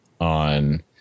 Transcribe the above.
on